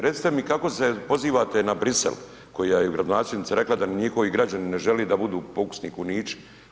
Recite mi kako se pozivate na Bruxelles koja je gradonačelnica rekla da ni njihovi građani ne žele da budu pokusni kunući?